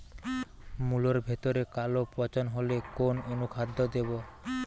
মুলোর ভেতরে কালো পচন হলে কোন অনুখাদ্য দেবো?